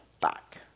back